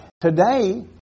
Today